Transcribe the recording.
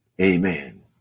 amen